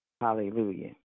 hallelujah